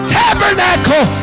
tabernacle